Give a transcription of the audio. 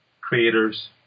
creators